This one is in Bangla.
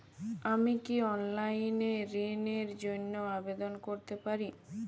আমি কি অনলাইন এ ঋণ র জন্য আবেদন করতে পারি?